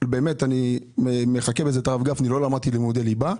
אני לא למדתי לימודי ליבה.